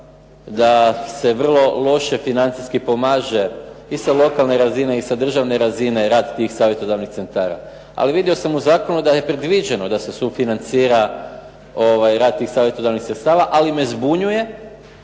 da se vrlo loše financijski pomaže i sa lokalne razine i sa državne razine rad tih savjetodavnih centara. Ali vidio sam u zakonu da je predviđeno da se sufinancira rad tih savjetodavnih centara ali me zbunjuje